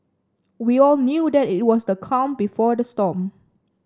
we all knew that it was the calm before the storm